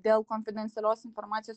dėl konfidencialios informacijos